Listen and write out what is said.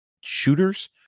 shooters